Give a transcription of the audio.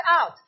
out